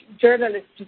journalists